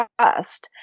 trust